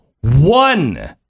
one